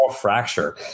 fracture